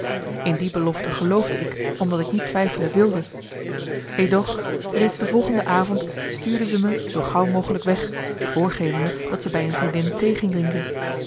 in die belofte geloofde ik omdat ik niet twijfelen wilde edoch reeds de volgende avond stuurde ze me zoo gauw mogelijk weg voorgevende dat ze bij een vriendin thee ging drinken